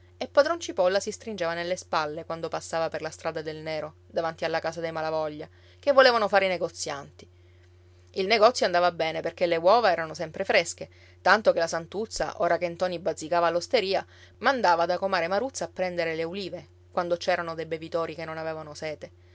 e padron cipolla si stringeva nelle spalle quando passava per la strada del nero davanti alla casa dei malavoglia che volevano fare i negozianti il negozio andava bene perché le uova erano sempre fresche tanto che la santuzza ora che ntoni bazzicava all'osteria mandava da comare maruzza a prendere le ulive quando c'erano dei bevitori che non avevano sete